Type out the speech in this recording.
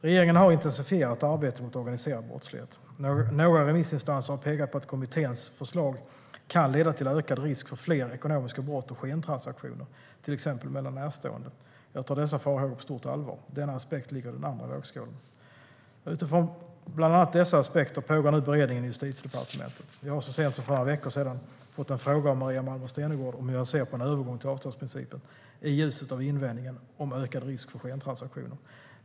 Regeringen har intensifierat arbetet mot organiserad brottslighet. Några remissinstanser har pekat på att kommitténs förslag kan leda till ökad risk för fler ekonomiska brott och skentransaktioner, till exempel mellan närstående. Jag tar dessa farhågor på stort allvar. Denna aspekt ligger i den andra vågskålen. Utifrån bland annat dessa aspekter pågår nu beredningen i Justitiedepartementet. Jag har så sent som för några veckor sedan fått en fråga av Maria Malmer Stenergard om hur jag ser på en övergång till avtalsprincipen i ljuset av invändningen om ökad risk för skentransaktioner.